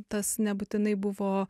tas nebūtinai buvo